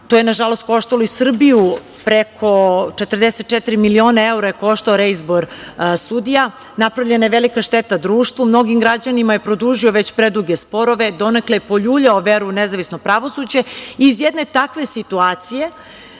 to je nažalost koštalo i Srbiju, preko 44 miliona evra je koštao reizbor sudija, napravljena je velika šteta društvu, mnogim građanima je produžio već preduge sporove i donekle je poljuljao veru u nezavisno pravosuđe i iz jedne takve situacije